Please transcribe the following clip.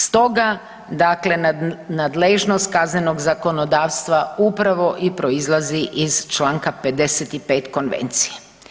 Stoga nadležnost kaznenog zakonodavstva upravo i proizlazi iz čl. 55. konvencije.